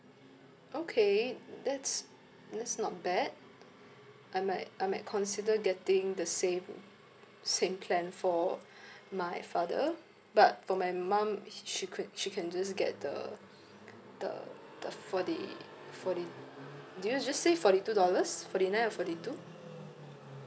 okay that's that's not bad I might I might consider getting the same same plan for my father but for my mum she can she can just get the the the forty forty did you just say forty two dollars forty nine or forty two